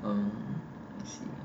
um I see